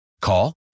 Call